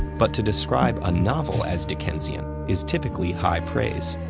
but to describe a novel as dickensian is typically high praise,